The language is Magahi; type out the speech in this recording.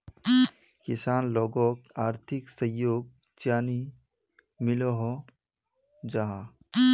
किसान लोगोक आर्थिक सहयोग चाँ नी मिलोहो जाहा?